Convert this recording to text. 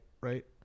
right